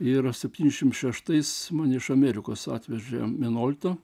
ir septyniasdešimt šeštais man iš amerikos atvežė minolta